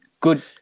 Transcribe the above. good